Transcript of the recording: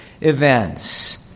events